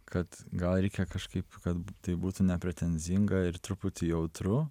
kad gal reikia kažkaip kad tai būtų nepretenzinga ir truputį jautru